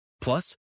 Plus